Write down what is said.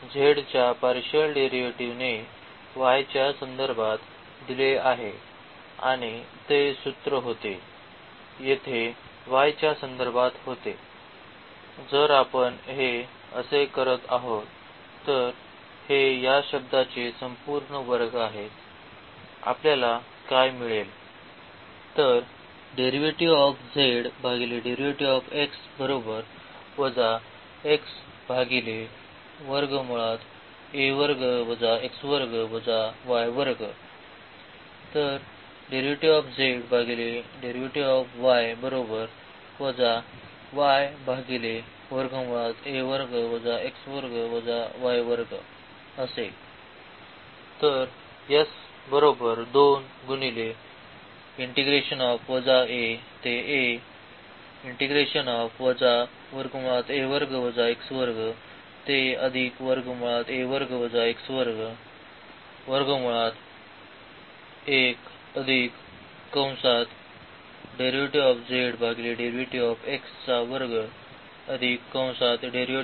z च्या partial derivative ने y च्या संदर्भात दिले आहे आणि ते सूत्र होते येथे y च्या संदर्भात होते